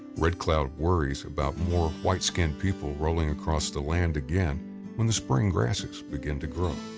red cloud worries about more white skinned people rolling across the land again when the spring grasses begin to grow.